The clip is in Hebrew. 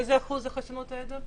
מאיזה אחוז זה חסינות העדר?